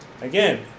again